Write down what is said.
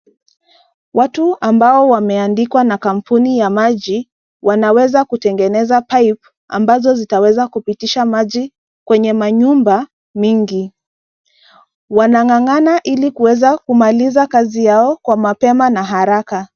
Watu ambao wameandikwa na kampuni ya maji wanaweza kutengeneza paipu ambazo zitaweza kupitisha maji kwenye manyumba mingi, wanang'ang'ana ili kuweza kumaliza kazi yao kwa mapema na haraka.